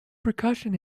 percussion